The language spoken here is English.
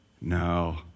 No